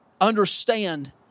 understand